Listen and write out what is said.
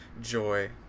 joy